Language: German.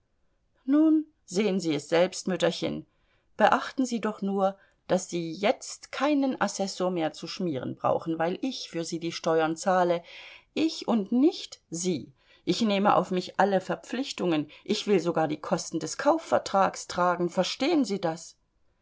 nun sehen sie es selbst mütterchen beachten sie doch nur daß sie jetzt keinen assessor mehr zu schmieren brauchen weil ich für sie die steuern zahle ich und nicht sie ich nehme auf mich alle verpflichtungen ich will sogar die kosten des kaufvertrags tragen verstehen sie das